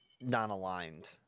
non-aligned